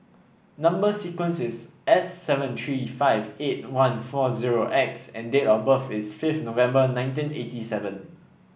number sequence is S seven three five eight one four zero X and date of birth is fifth November nineteen eighty seven